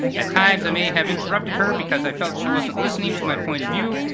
at times i may have interrupted her because i felt she wasn't listening to my point of view,